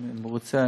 אני מרוצה,